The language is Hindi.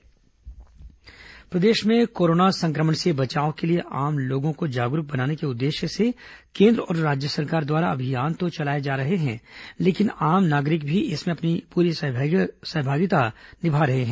कोरोना जागरूकता प्रदेश में कोरोना संक्रमण से बचाव के लिए लोगों को जागरूक बनाने के उद्देश्य से केन्द्र और राज्य सरकार द्वारा अभियान तो चलाए ही जा रहे हैं लेकिन आम नागरिक भी इसमें अपनी पूरी सहभागिता निभा रहे हैं